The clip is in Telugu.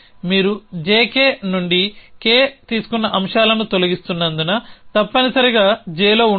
మీరు JK నుండి K తీసుకున్న అంశాలను తొలగిస్తున్నందున తప్పనిసరిగా Jలో ఉండదు